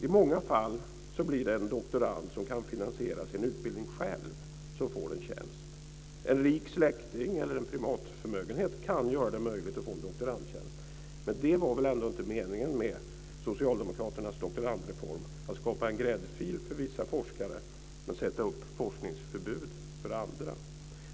I många fall blir det en doktorand som kan finansiera sin utbildning själv som får en tjänst. En rik släkting eller en privatförmögenhet kan göra det möjligt att få en doktorandtjänst. Men det var väl ändå inte meningen med socialdemokraternas doktorandreform, att skapa en gräddfil för vissa forskare och sätta upp forskningsförbud för andra?